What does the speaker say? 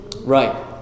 Right